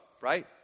right